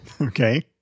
Okay